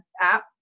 app